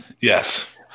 Yes